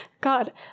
God